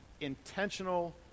intentional